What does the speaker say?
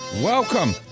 Welcome